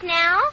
now